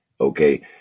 Okay